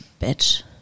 bitch